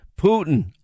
Putin